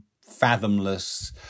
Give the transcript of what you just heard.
fathomless